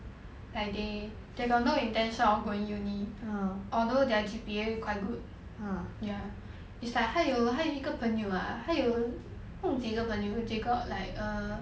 like they they got no intention of going uni although their G_P_A quite good ya it's like 他有他有一个朋友 ah 他有不懂几个朋友几个 like err